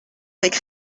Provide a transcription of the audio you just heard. avec